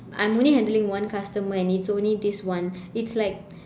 I'm only handling one customer and it's only this one it's like